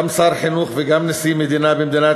גם שר החינוך וגם נשיא המדינה במדינת